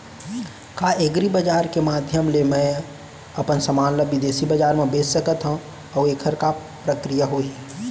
का एग्रीबजार के माधयम ले मैं अपन समान ला बिदेसी बजार मा बेच सकत हव अऊ एखर का प्रक्रिया होही?